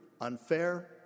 unfair